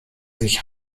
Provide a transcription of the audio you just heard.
sich